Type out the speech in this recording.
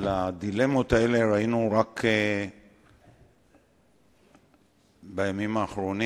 בדילמות האלה ראינו רק בימים האחרונים